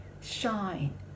Shine